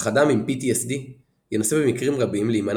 אך אדם עם PTSD ינסה במקרים רבים להימנע